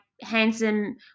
handsome